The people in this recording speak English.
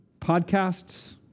podcasts